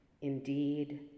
indeed